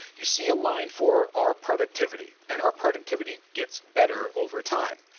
you see a line for our productivity, and our productivity gets better over time.